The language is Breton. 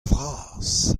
vras